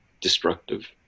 destructive